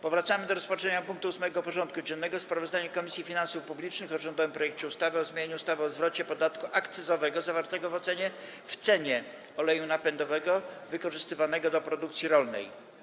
Powracamy do rozpatrzenia punktu 8. porządku dziennego: Sprawozdanie Komisji Finansów Publicznych o rządowym projekcie ustawy o zmianie ustawy o zwrocie podatku akcyzowego zawartego w cenie oleju napędowego wykorzystywanego do produkcji rolnej.